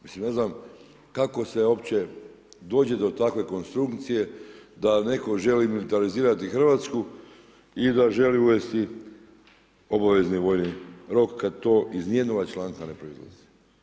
Mislim, ne znam, kako se uopće dođe do takve konstrukcije, da netko želi militarizirati Hrvatsku i da želi uvesti obavezni vojni rok, kad to ni iz jednoga članka ne proizlazi.